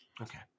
Okay